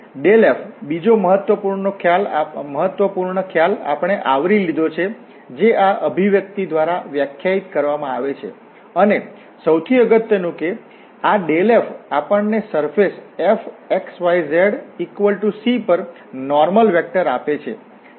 અને f બીજો મહત્વપૂર્ણ ખ્યાલ આપણે આવરી લીધો છે જે આ અભિવ્યક્તિ દ્વારા વ્યાખ્યાયિત કરવામાં આવી છે અને સૌથી અગત્યનું કે આ f આપણને surface f x y z C પર નોર્મલ વેક્ટર આપે છે